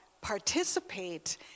participate